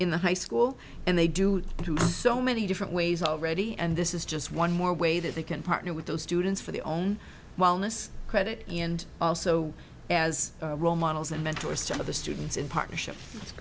in the high school and they do so many different ways already and this is just one more way that they can partner with those students for the own wellness credit and also as role models and mentors to have the students in partnership